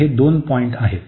तर हे दोन पॉईंट आहेत